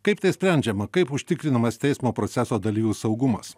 kaip tai sprendžiama kaip užtikrinamas teismo proceso dalyvių saugumas